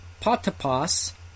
patapas